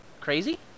crazy